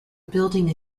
building